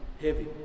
heavy